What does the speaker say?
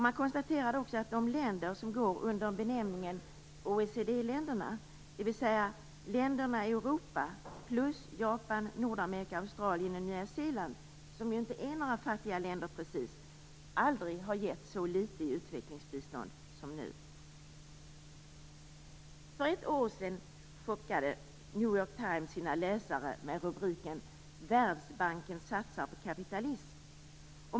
Man konstaterade också att de länder som går under benämningen OECD-länderna, dvs. länderna i Europa samt Japan, Nordamerika, Australien och Nya Zeeland, som inte är några fattiga länder precis, aldrig har gett så litet i utvecklingsbistånd som nu. För ett år sedan chockade New York Times sina läsare med rubriken: Världsbanken satsar på kapitalism.